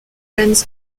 friends